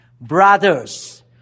Brothers